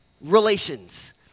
relations